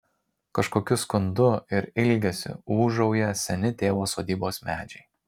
kažkokiu skundu ir ilgesiu ūžauja seni tėvo sodybos medžiai